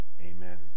amen